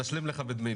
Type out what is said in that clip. מר שפיגלר,